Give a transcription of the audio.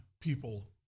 people